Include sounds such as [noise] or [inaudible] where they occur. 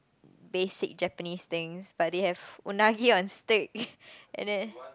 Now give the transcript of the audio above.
basic Japanese things but they have unagi on steak [laughs] and then